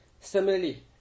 Similarly